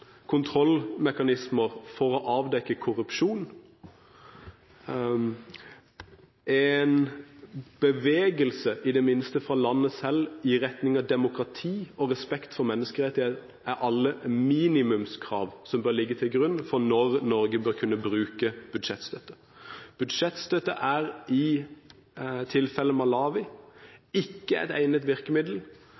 kontrollmekanismer for å avdekke korrupsjon, en bevegelse – i det minste fra landet selv – i retning av demokrati og respekt for menneskerettigheter er alle minimumskrav som bør ligge til grunn for når Norge bør kunne bruke budsjettstøtte. Budsjettstøtte er i Malawis tilfelle ikke et egnet virkemiddel, hvis man